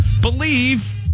believe